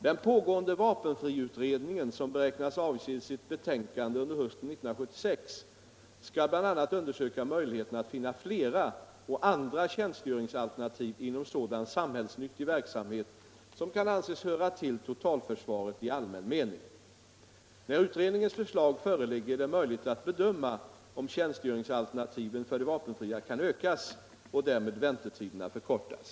Den pågående vapenfriutredningen, som beräknas avge sitt betänkande under hösten 1976, skall bl.a. undersöka möjligheterna att finna flera eller andra tjänstgöringsalternativ inom sådan samhällsnyttig verksamhet som kan anses höra till totalförsvaret i allmän mening. När utredningens förslag föreligger är det möjligt att bedöma om tjänstgöringsalternativen för de vapenfria kan ökas och därmed väntetiderna förkortas.